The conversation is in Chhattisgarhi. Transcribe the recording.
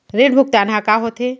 ऋण भुगतान ह का होथे?